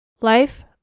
Life